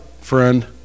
friend